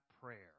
prayer